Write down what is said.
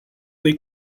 dei